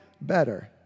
better